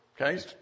okay